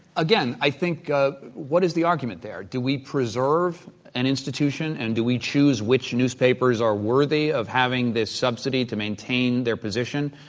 again, i think what is the argument there, do we preserve an institution and do we choose which newspapers are worthy of having this subsidy to maintain their position?